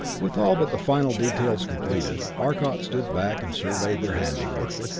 with all but the final details completed, arcot stood back and surveyed their handiwork.